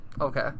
Okay